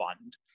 fund